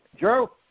Joe